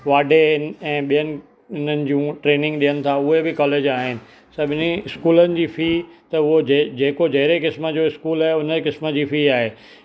वॾनि ऐं ॿियनि उन्हनि जूं ट्रेनिंग ॾियनि था उहे बि कॉलेज आहिनि सभिनी स्कूलनि जी फी त उहो जे जेको जहिड़े क़िस्म जो स्कूल उन क़िस्म जी फी आहे